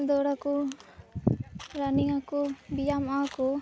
ᱫᱟᱹᱲ ᱟᱠᱚ ᱨᱟᱱᱤᱝ ᱟᱠᱚ ᱵᱮᱭᱟᱢᱚᱜᱼᱟ ᱠᱚ